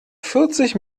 vierzig